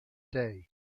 day